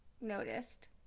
Noticed